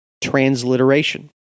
transliteration